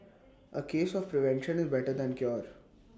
A case of prevention is better than cured